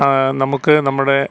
നമുക്ക് നമ്മുടെ